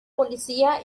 policía